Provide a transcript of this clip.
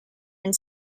and